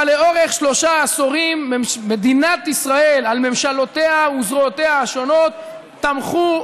אבל לאורך שלושה עשורים מדינת ישראל על ממשלותיה וזרועותיה השונות תמכו,